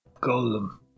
Golem